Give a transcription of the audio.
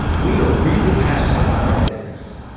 we are really passionate about our business.